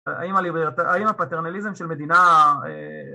האם הפטרנליזם של מדינה